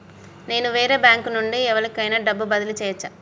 నేను వేరే బ్యాంకు నుండి ఎవలికైనా డబ్బు బదిలీ చేయచ్చా?